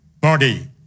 body